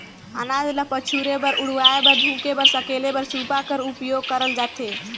अनाज ल पछुरे बर, उड़वाए बर, धुके बर, सकेले बर सूपा का उपियोग करल जाथे